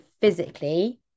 physically